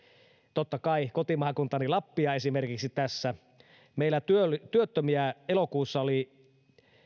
totta kai kotimaakuntaani lappia esimerkiksi meillä työttömiä elokuussa oli